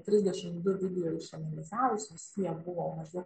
trisdešimt du video išanalizavus visi jie buvo maždaug